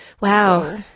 Wow